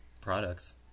products